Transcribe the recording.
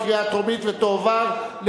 התשע"ב 2011,